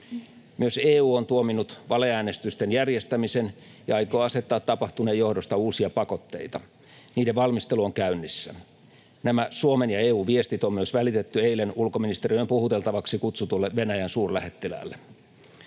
Myös EU on tuominnut valeäänestysten järjestämisen ja aikoo asettaa tapahtuneen johdosta uusia pakotteita. Niiden valmistelu on käynnissä. Nämä Suomen ja EU:n viestit on myös välitetty eilen ulkoministeriöön puhuteltavaksi kutsutulle Venäjän suurlähettiläälle.